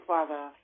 Father